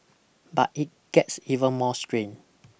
but it gets even more strange